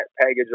package